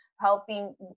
helping